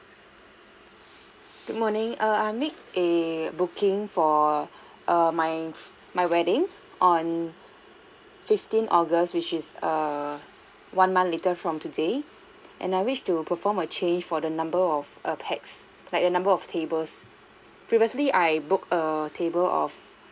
good morning err I made a booking for err my my wedding on fifteen august which is err one later month from today and I wish to perform a change for the number of err pax like the number of tables previously I booked err table of